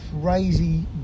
crazy